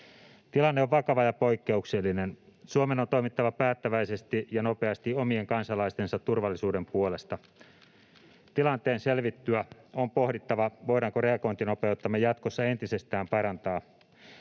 Tilanne on vakava ja poikkeuksellinen. Suomen on toimittava päättäväisesti ja nopeasti omien kansalaistensa turvallisuuden puolesta. Tilanteen selvittyä on pohdittava, voidaanko reagointinopeuttamme jatkossa entisestään parantaa.